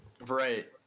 Right